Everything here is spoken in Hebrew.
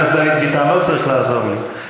חבר הכנסת דוד ביטן, לא צריך לעזור לי.